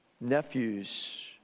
nephews